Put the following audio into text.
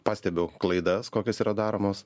pastebiu klaidas kokios yra daromos